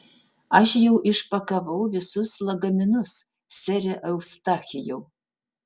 aš jau išpakavau visus lagaminus sere eustachijau